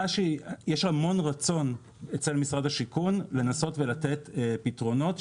שיש המון רצון אצל משרד השיכון לנסות ולתת פתרונות,